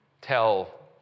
tell